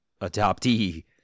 adoptee